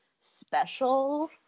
special